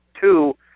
Two